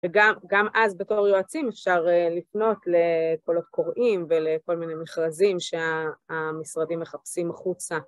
וגם אז בתור יועצים אפשר לפנות לקולות קוראים ולכל מיני מכרזים שהמשרדים מחפשים החוצה.